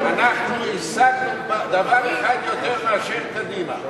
אנחנו השגנו דבר אחד יותר מאשר קדימה.